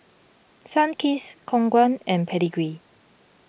Sunkist Khong Guan and Pedigree